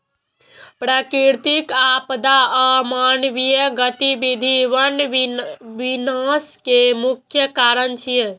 प्राकृतिक आपदा आ मानवीय गतिविधि वन विनाश के मुख्य कारण छियै